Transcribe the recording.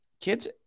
kids